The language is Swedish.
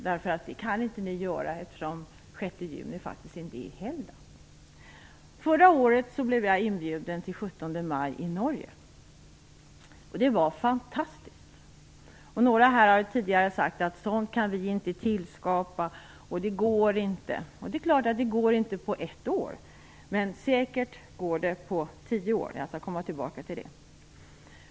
Det kan ni inte göra eftersom den 6 juni faktiskt inte är helgdag. Förra året blev jag inbjuden till 17 maj i Norge. Det var fantastiskt. Några har tidigare sagt här att sådant kan vi inte tillskapa. Det går inte. Det är klart att det inte går på ett år. Men det går säkert på tio år. Jag skall komma tillbaka till det.